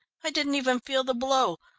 i didn't even feel the blow.